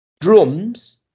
Drums